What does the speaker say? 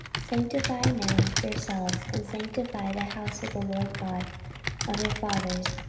sanctify now yourselves, and sanctify the house of the lord god of your fathers,